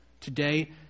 Today